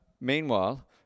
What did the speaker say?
meanwhile